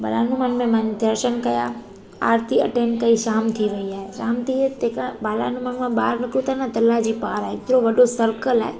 बाला हनुमान में मां दर्शनु कया आरिती अटेंन कई शाम थी वेई आहे शाम थी तंहिं खां बाला हनुमान मां बाहिरि निकिरूं था न तलाउ जे पार आहे एतिरो वॾो सर्कल आहे